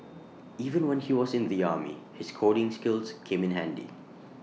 even when he was in the army his coding skills came in handy